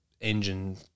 engine